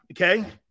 okay